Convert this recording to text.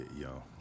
yo